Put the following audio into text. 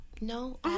No